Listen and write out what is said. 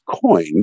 coin